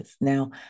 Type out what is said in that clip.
Now